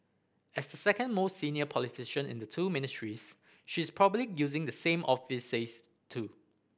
as the second most senior politician in the two Ministries she is probably using the same office space too